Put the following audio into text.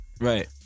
Right